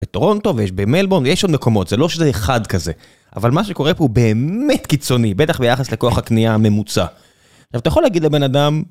בטורונטו, ויש במלבורן, ויש עוד מקומות, זה לא שזה אחד כזה. אבל מה שקורה פה הוא באמת קיצוני, בטח ביחס לכוח הקניה הממוצע. עכשיו, אתה יכול להגיד לבן אדם...